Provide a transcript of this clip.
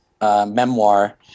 memoir